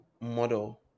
model